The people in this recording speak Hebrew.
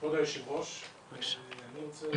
כבוד היושב ראש, אני רוצה